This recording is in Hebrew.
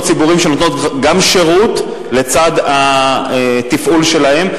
ציבוריים שנותנים גם שירות לצד התפעול שלהם,